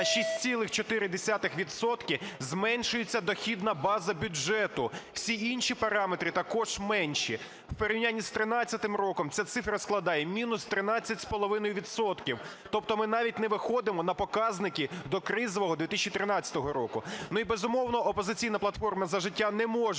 відсотка зменшується дохідна база бюджету, всі інші параметри також менші. В порівнянні з 13-м роком ця цифра складає мінус 13,5 відсотка. Тобто ми навіть не виходимо на показники докризового 2013 року. І, безумовно, "Опозиційна платформа - За життя" не може